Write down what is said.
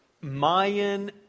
Mayan